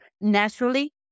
naturally